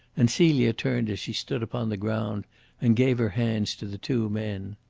and celia turned as she stood upon the ground and gave her hands to the two men.